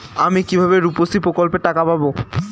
আমি কিভাবে রুপশ্রী প্রকল্পের টাকা পাবো?